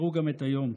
תזכרו גם את היום.